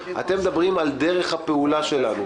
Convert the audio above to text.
אתם מדברים על דרך הפעולה שלנו.